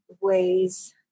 ways